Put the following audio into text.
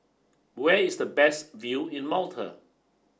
where is the best view in Malta